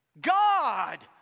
God